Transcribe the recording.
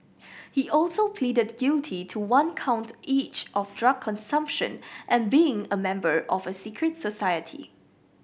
he also pleaded guilty to one count each of drug consumption and being a member of a secret society